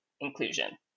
inclusion